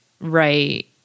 right